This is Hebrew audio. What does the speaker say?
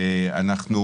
השמנה.